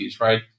right